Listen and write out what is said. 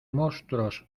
monstruos